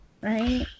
Right